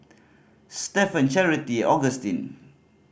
Stephen Charity Augustin